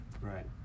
Right